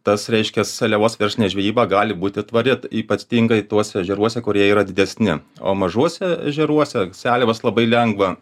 tas reiškia seliavos verslinė žvejyba gali būti tvari ypat tingai tuose ežeruose kurie yra didesni o mažuose ežeruose seliavas labai lengva